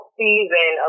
season